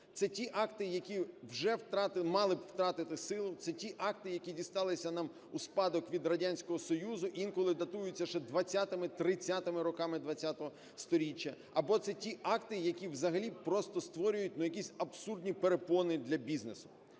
Це ті акти, які вже мали б втратити силу. Це ті акти, які дісталися нам у спадок від Радянського Союзу, інколи дотуються ще 20-ми–30-ми роками ХХ сторіччя. Або це ті акти, які взагалі просто створюють ну якісь абсурдні перепони для бізнесу.